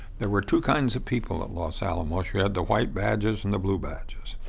there were two kinds of people at los alamos. you had the white badges and the blue badges.